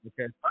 okay